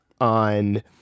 on